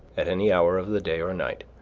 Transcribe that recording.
at any hour of the day or night,